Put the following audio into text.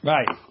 Right